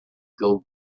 gold